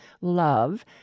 love